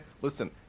Listen